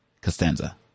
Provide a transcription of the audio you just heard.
Costanza